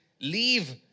leave